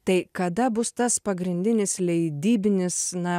tai kada bus tas pagrindinis leidybinis na